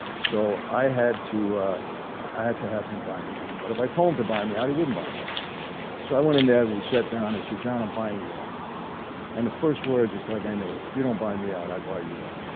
so i had to i had to have him buy me out but if i told him to buy me out he wouldn't buy me out so i went in then we sat down at sir john. i'm buying you out and the first words it's like i knew it you don't buy me out. i bought you out.